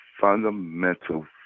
fundamental